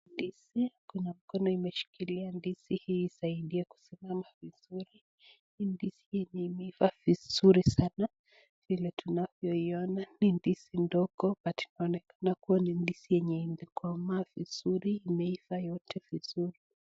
Kuna mkono imeshikiria ndizi hii iweze kusimamavizuri hii ndizi imeiva vizuri sana, vile tunavyo Iona ni ndizi ndogo lakini inaonekana imekomaa vizuri na kuiva vizuri.